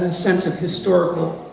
and sense of historical.